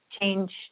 change